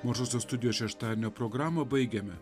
mažosios studijos šeštadienio programą baigiame